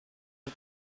del